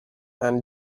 and